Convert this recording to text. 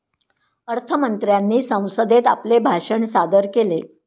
अर्थ मंत्र्यांनी संसदेत आपले भाषण सादर केले